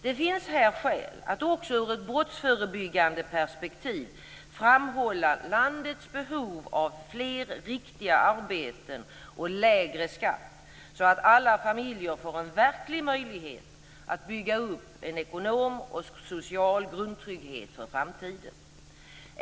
Det finns här skäl att också ur ett brottsförebyggande perspektiv framhålla landets behov av fler riktiga arbeten och lägre skatter, så att alla familjer får en verklig möjlighet att bygga upp en ekonomisk och social grundtrygghet för framtiden.